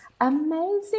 amazing